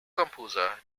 composer